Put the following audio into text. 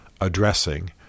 addressing